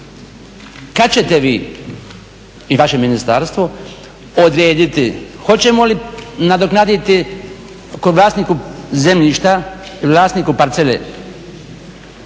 kada ćete vi i vaše ministarstvo odrediti hoćemo li nadoknaditi kao vlasniku zemljišta, vlasniku parcele